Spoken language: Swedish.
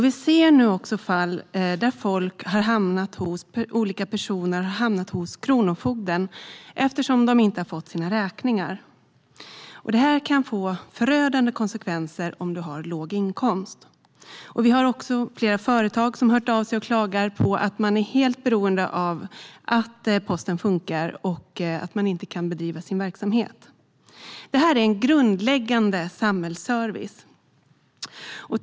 Vi ser nu också fall där olika personer har hamnat hos kronofogden eftersom de inte har fått sina räkningar. Detta kan få förödande konsekvenser för den som har låg inkomst. Flera företag har också hört av sig och klagat eftersom man är helt beroende av att posten funkar och annars inte kan bedriva sin verksamhet. Detta är en grundläggande samhällsservice.